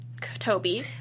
Toby